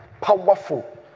powerful